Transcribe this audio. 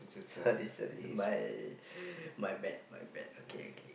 sorry sorry my my bad my bad okay okay